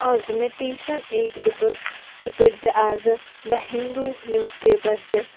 آز دوٚپ مےٚ ٹیٖچرَن أکۍ دوٚپُن ژٕ پٔرزِ آزٕ دَ ہِندوٗ نِوٕز پیپَر تہِ